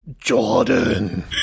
Jordan